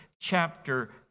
chapter